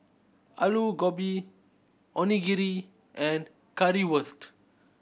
Alu Gobi Onigiri and Currywurst